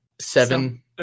Seven